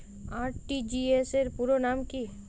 RTGS র পুরো নাম কি?